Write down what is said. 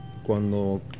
Cuando